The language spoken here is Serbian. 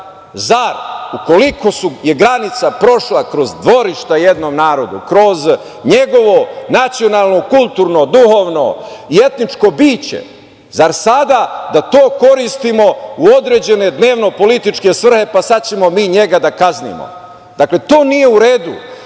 ukoliko je granica prošla kroz dvorišta jednog naroda, kroz njegovo nacionalno, kulturno, duhovno i etničko biće, zar sada da to koristimo u određene dnevno-političke svrhe, pa sad ćemo mi njega da kaznimo? Dakle, to nije u redu